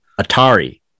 atari